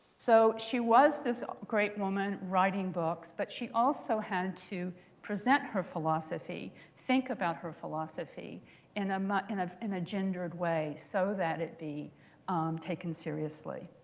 so she was this great woman writing books. but she also had to present her philosophy, think about her philosophy in um in ah a gendered way so that it be taken seriously.